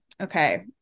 Okay